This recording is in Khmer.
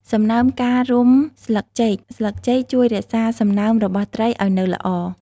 សំណើមការរុំស្លឹកចេកស្លឹកចេកជួយរក្សាសំណើមរបស់ត្រីឲ្យនៅល្អ។